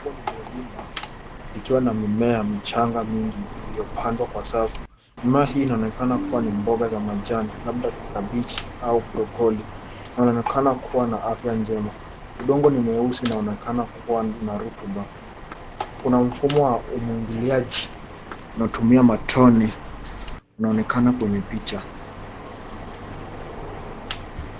Eneo lililolimwa likiwa na mimea michanga mingi iliyopandwa kwa safu. Mimea hii inaonekana kuwa ni mboga za majani, labda kabichi au broccoli. Anaonekana kuwa na afya njema, udongo ni mweusi na unaonekana kuwa na rutuba. Kuna mfumo wa umwagiliaji unaotumia matone, unaonekana kwenye picha.